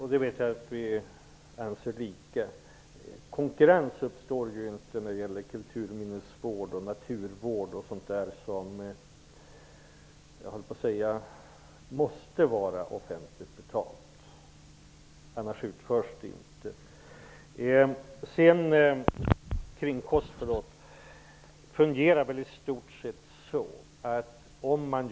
Herr talman! Konkurrens uppstår inte om kulturminnesvård och naturvård. Det är sådant som måste betalas via det offentliga -- annars utförs inte de jobben. Vidare har vi frågan om kringkostnader. Det fungerar i stort sett som följande.